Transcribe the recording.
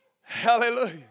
hallelujah